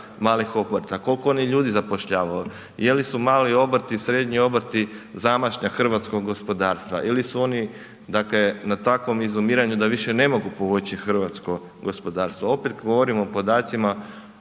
malih obrta, koliko oni ljudi zapošljavaju, je li su mali obrti i srednji obrti zamašnjak hrvatskog gospodarstva ili su oni dakle na takvom izumiranju da više ne mogu povući hrvatsko gospodarstvo. Opet govorim o podacima